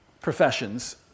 professions